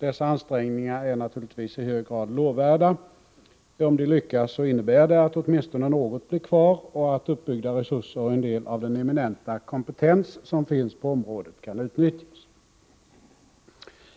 Dessa ansträngningar är naturligtvis i hög grad lovvärda. Om de lyckas innebär det att åtminstone något blir kvar och att uppbyggda resurser och en del av den eminenta kompetens som finns på området kan utnyttjas.